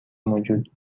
موجود